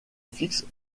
fixe